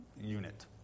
unit